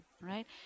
right